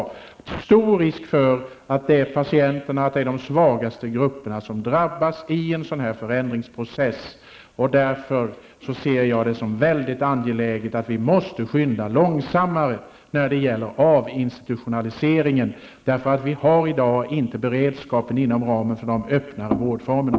Det finns en stor risk för att patienterna och de svagaste grupperna drabbas i en sådan här förändringsprocess. Därför ser jag det som väldigt angeläget att vi skyndar långsammare när det gäller avinstitutionaliseringen. Vi har i dag ingen beredskap inom ramen för de öppna vårdformerna.